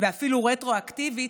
ואפילו רטרואקטיבית.